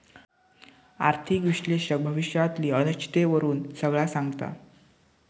आर्थिक विश्लेषक भविष्यातली अनिश्चिततेवरून सगळा सांगता